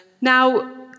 Now